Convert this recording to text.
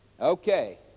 Okay